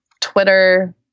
Twitter